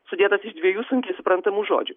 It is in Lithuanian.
sudėtas iš dviejų sunkiai suprantamų žodžių